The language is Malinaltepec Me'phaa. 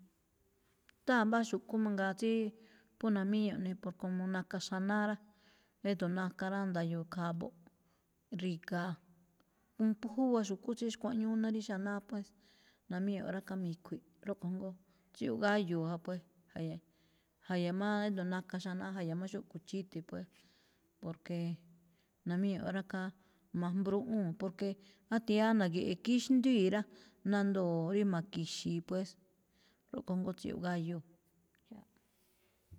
Xtáa mbáa xu̱kú mangaa, tsí phú namíñuꞌ eꞌne, poke como naka xanáá rá, édo̱ naka rá, nda̱yo̱o̱ khaa a̱bo̱ꞌ, ri̱ga̱a̱. Mm phú júwa xu̱kú tsí xkuaꞌñúú ná rí xanáá pues, naníñu ráká mi̱khui̱ꞌ, rúꞌkho̱ jngóo tsíyoꞌ gáyo̱o̱ ja, pues. Ja̱ya̱, ja̱ya̱ má édo̱ naka xanáá, ja̱ya̱ má xúꞌkho̱ chíde̱ pues, porque namíñuꞌ rákáá majbrúꞌúu̱n porque, átia̱á na̱gi̱ꞌe̱ kíxndíi rá, nandoo̱ rí maki̱xi̱i̱ pues, rúꞌkho̱ jngóo tsíyoꞌ gáyo̱o̱.